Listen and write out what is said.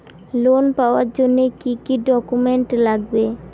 Loan পাওয়ার জন্যে কি কি ডকুমেন্ট লাগবে?